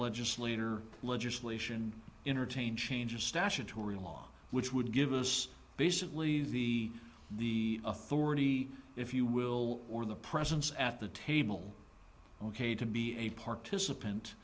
legislator legislation entertain change of statutory law which would give us basically the the authority if you will or the presence at the table ok to be a participant